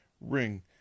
ring